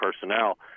personnel